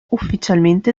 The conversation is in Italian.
ufficialmente